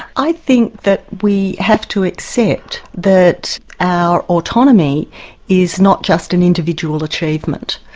i think that we have to accept that our autonomy is not just an individual achievement,